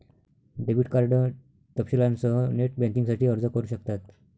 debit card तपशीलांसह net बँकिंगसाठी अर्ज करू शकतात